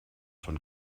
von